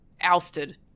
ousted